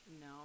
no